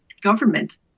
government